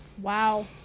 wow